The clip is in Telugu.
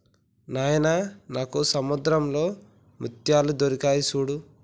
నాయిన నాకు సముద్రంలో ముత్యాలు దొరికాయి సూడు